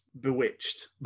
bewitched